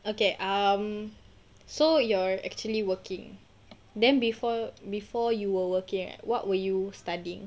okay um so you're actually working then before before you were working what were you studying